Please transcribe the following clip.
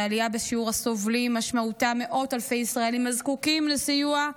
עלייה בשיעור הסובלים משמעותה היא מאות אלפי ישראלים הזקוקים לסיוע,